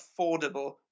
affordable